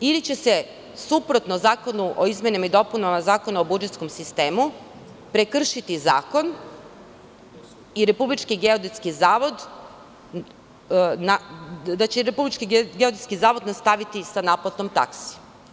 Ili će se, suprotno Zakonu o izmenama i dopunama Zakona o budžetskom sistemu, prekršiti zakon i Republički geodetski zavod nastaviti sa naplatom taksi?